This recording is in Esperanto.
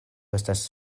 estas